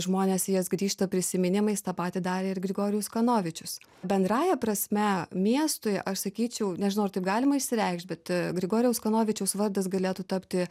žmonės jas grįžta prisiminimais tą patį darė ir grigorijus kanovičius bendrąja prasme miestui aš sakyčiau nežinau ar taip galima išsireikšt bet grigorijaus kanovičiaus vardas galėtų tapti